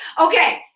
Okay